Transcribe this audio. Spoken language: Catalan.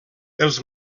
els